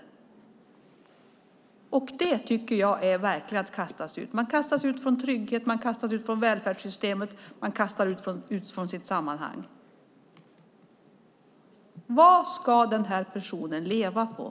Det tycker jag är att kastas ut. Man kastas ut från trygghet. Man kastas ut från välfärdssystemet. Man kastas ut från sitt sammanhang. Vad ska den personen leva av?